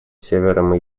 севером